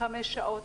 חמש שעות.